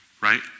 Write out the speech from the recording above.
right